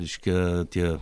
reiškia tie